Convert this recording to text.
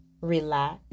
Relax